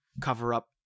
cover-up